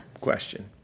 question